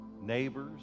neighbors